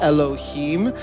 Elohim